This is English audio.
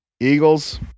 Eagles